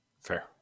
Fair